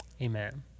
Amen